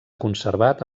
conservat